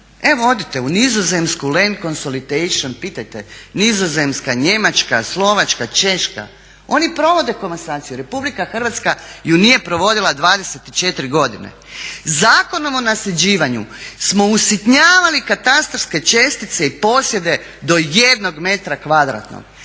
evo odite u Nizozemsku, …/Govornica se ne razumije./… pitajte Nizozemska, Njemačka, Slovačka, Češka. Oni provode komasaciju. RH ju nije provodila 24 godine. Zakonom o nasljeđivanju smo usitnjavali katastarske čestice i posjede do jednog metra kvadratnog.